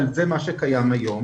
אבל זה מה שקיים היום.